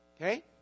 Okay